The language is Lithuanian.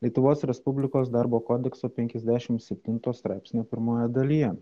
lietuvos respublikos darbo kodekso penkiasdešim septinto straipsnio pirmojoje dalyje